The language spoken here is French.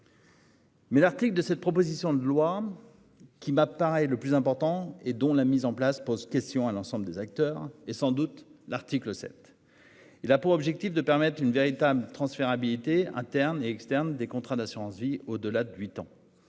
Mais l'Arctique de cette proposition de loi. Qui m'apparaît le plus important et dont la mise en place pose question à l'ensemble des acteurs et sans doute l'article 7. Il a pour objectif de permettre une véritable transférabilité, interne et externe des contrats d'assurance-vie au delà de huit ans.